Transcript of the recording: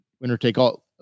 winner-take-all